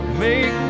make